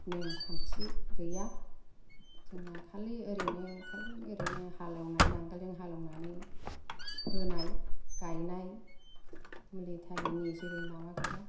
नेम खान्थि गैया जोंना खालि ओरैनो हालेवनाय नांगोलजों हालेवनानै फोनाय गायनाय मुलि थालिनि जेबो माबा गैया